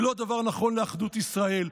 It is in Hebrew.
היא לא דבר נכון לאחדות ישראל,